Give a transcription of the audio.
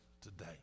today